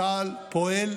צה"ל פועל